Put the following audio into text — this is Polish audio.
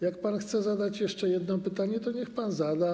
Jak pan chce zadać jeszcze jedno pytanie, to niech pan zada.